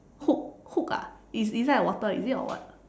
hook hook ah it's inside the water is it or what